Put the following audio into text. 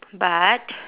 but